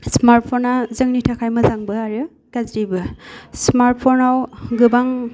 smart फना जोंनि थाखाय मोजांबो आरो गाज्रिबो स्मार्ट फनाव गोबां